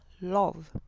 love